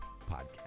Podcast